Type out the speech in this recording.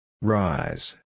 Rise